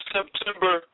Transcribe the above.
September